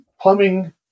plumbing